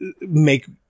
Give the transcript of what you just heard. make